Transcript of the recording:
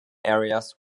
areas